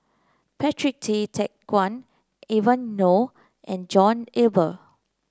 Patrick Tay Teck Guan Evon Kow and John Eber